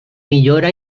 millora